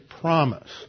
promise